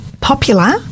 popular